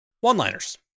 One-liners